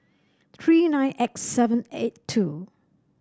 three nine X seven eight two